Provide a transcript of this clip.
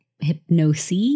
hypnosis